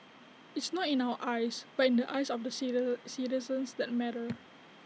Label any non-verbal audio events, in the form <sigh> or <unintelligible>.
it's not in our eyes but in the eyes of the <unintelligible> citizens that matter